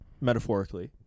metaphorically